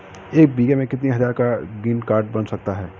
एक बीघा में कितनी हज़ार का ग्रीनकार्ड बन जाता है?